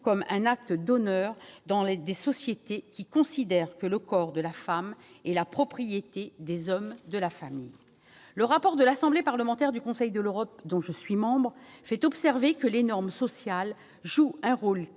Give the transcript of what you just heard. comme un acte d'honneur dans des sociétés qui considèrent que le corps de la femme est la propriété des hommes de la famille. Le rapport de l'Assemblée parlementaire du Conseil de l'Europe, dont je suis membre, fait observer que « les normes sociales jouent un rôle